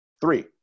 Three